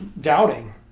doubting